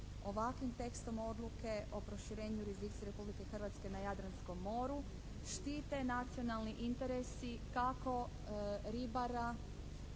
ovakvim tekstom odluke o proširenju jurisdikcije Republike Hrvatske na Jadranskom moru štite nacionalni interesi kako ribara